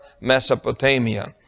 Mesopotamia